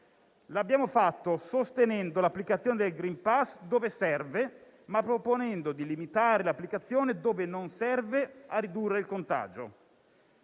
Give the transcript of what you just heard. L'abbiamo fatto sostenendo l'applicazione del *green pass* dove serve, ma proponendo di limitarne l'applicazione dove non serve a ridurre il contagio,